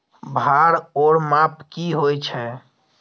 भार ओर माप की होय छै?